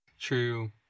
True